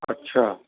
अच्छा